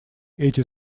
эти